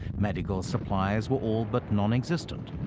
medical supplies were all but nonexistent.